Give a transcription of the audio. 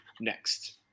next